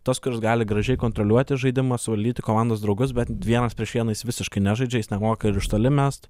tas kuris gali gražiai kontroliuoti žaidimą suvaldyti komandos draugus bet vienas prieš vieną jis visiškai nežaidžia jis nemoka ir iš toli mest